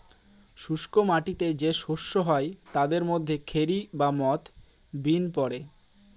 শুস্ক মাটিতে যে শস্য হয় তাদের মধ্যে খেরি বা মথ, বিন পড়ে